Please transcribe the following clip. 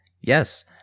yes